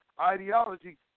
ideology